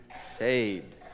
saved